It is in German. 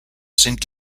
sind